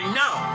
now